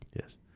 Yes